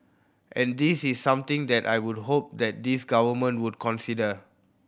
and this is something that I would hope that this Government would consider